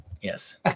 Yes